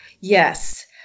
Yes